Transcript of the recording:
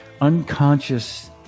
unconscious